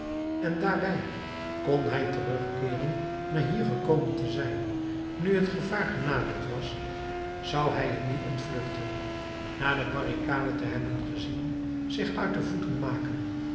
en daarbij kon hij terugkeeren na hier gekomen te zijn nu het gevaar genaderd was zou hij het nu ontvluchten na de barricade te hebben gezien zich uit de voeten maken